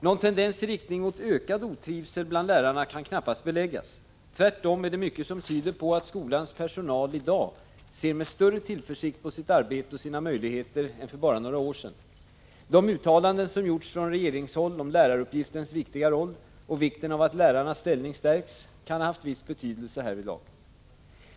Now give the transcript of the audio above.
Någon tendens i riktning mot ökad otrivsel bland lärarna kan knappast beläggas. Tvärtom är det mycket som tyder på att skolans personal i dag ser med större tillförsikt på sitt arbete och sina möjligheter än för bara några år sedan. De uttalanden som gjorts från regeringshåll om läraruppgiftens viktiga roll och vikten av att lärarnas ställning stärks kan ha haft viss betydelse härvidlag.